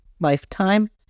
lifetime